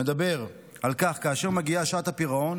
מדבר על כך שכאשר מגיעה שעת הפירעון